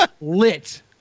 lit